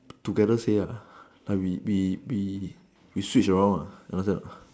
together say ya like we we Switch around